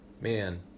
man